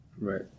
right